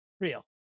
Real